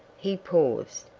he paused.